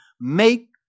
Make